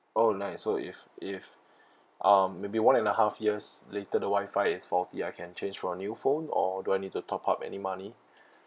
oh nice so if if um maybe one and a half years later the wi-fi is faulty I can change for a new phone or do I need to top up any money